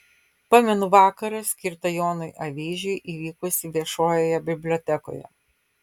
pamenu vakarą skirtą jonui avyžiui įvykusį viešojoje bibliotekoje